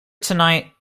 tonight